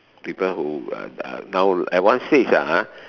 people who uh now at one stage ah !huh!